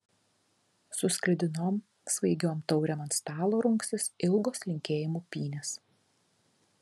su sklidinom svaigiom taurėm ant stalo rungsis ilgos linkėjimų pynės